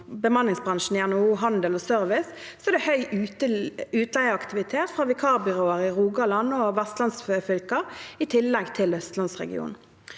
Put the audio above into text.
bemanningsbransjen i NHO Service og Handel er det høy utleieaktivitet fra vikarbyråer i Rogaland og Vestland fylker, i tillegg til i østlandsregionen.